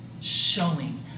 Showing